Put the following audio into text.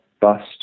bust